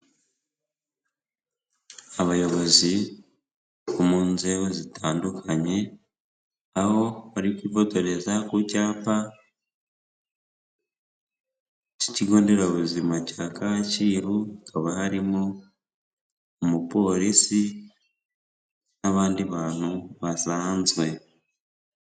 Abayobozi bo mu nzego zitandukanye aho bari kwifotoreza ku cyapa k'ikigo nderabuzima cya Kcyiru, hakaba harimo umuporisi n'abandi bantu basanzwe.